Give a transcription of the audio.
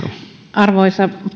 arvoisa